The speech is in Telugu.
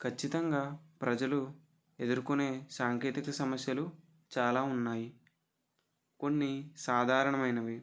ఖచ్చితంగా ప్రజలు ఎదుర్కొనే సాంకేతిక సమస్యలు చాలా ఉన్నాయి కొన్ని సాధారణమైనవి